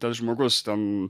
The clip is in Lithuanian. tas žmogus ten